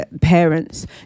parents